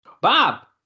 Bob